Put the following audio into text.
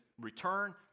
return